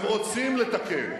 הם רוצים לתקן.